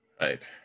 Right